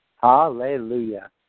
Hallelujah